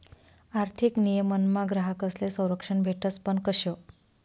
आर्थिक नियमनमा ग्राहकस्ले संरक्षण भेटस पण कशं